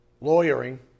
lawyering